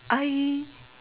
I